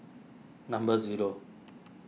number zero